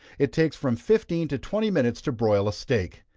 it takes from fifteen to twenty minutes to broil a steak.